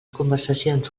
conversacions